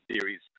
series